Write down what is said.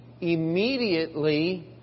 immediately